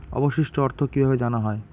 অবশিষ্ট অর্থ কিভাবে জানা হয়?